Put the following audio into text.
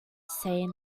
say